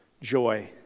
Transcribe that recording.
joy